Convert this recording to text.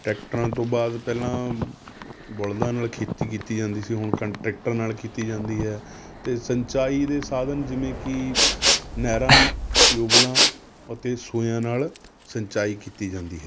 ਟਰੈਕਟਰਾਂ ਤੋਂ ਬਾਅਦ ਪਹਿਲਾਂ ਬਲਦਾਂ ਨਾਲ ਖੇਤੀ ਕੀਤੀ ਜਾਂਦੀ ਸੀ ਹੁਣ ਕਨ ਟਰੈਕਟਰ ਨਾਲ ਕੀਤੀ ਜਾਂਦੀ ਹੈ ਅਤੇ ਸਿੰਚਾਈ ਦੇ ਸਾਧਨ ਜਿਵੇਂ ਕਿ ਨਹਿਰਾਂ ਟਿਊਬਵੈਲਾਂ ਅਤੇ ਸੂਇਆਂ ਨਾਲ ਸਿੰਚਾਈ ਕੀਤੀ ਜਾਂਦੀ ਹੈ